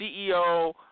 CEO